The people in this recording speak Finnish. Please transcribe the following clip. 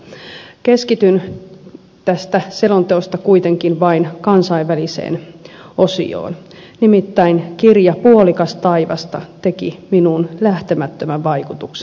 keskityn tässä selonteossa kuitenkin vain kansainväliseen osioon nimittäin kirja puolikas taivasta teki minuun lähtemättömän vaikutuksen